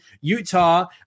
Utah